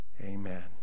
Amen